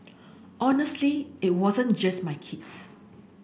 honestly it wasn't just my kids